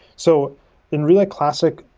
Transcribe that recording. so in relay classic,